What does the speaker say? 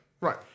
Right